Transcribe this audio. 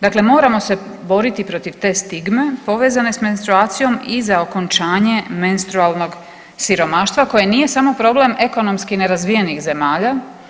Dakle, moramo se boriti protiv te stigme povezane s menstruacijom i za okončanje menstrualnog siromaštva koje nije samo problem ekonomski nerazvijenih zemalja.